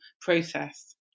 process